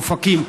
אופקים,